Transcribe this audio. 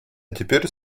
теперь